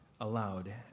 aloud